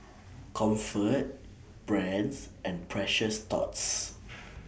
Comfort Brand's and Precious Thots